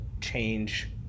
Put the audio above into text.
change